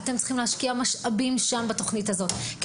אתם צריכים להשקיע משאבים בתוכנית הזו כי